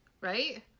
right